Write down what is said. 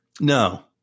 No